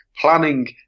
planning